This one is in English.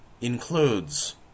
includes